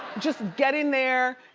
just get in there,